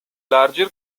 larger